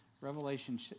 Revelation